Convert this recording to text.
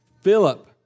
Philip